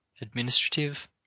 administrative